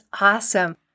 awesome